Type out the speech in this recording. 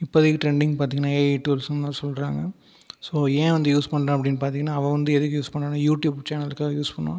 இப்போதைக்கு ட்ரெண்டிங் பார்த்தீங்கனா ஏஐ டூல்ஸுனு தான் சொல்கிறாங்க சோ ஏன் வந்து யூஸ் பண்ணுறான் அப்படினு பார்த்தீங்கனா அவன் வந்து எதுக்கு யூஸ் பண்ணுவானா யூட்யூப் சேனல்காக யூஸ் பண்ணுவான்